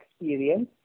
experience